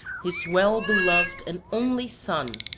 his well-beloved and only son,